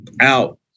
out